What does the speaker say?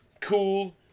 cool